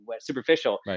superficial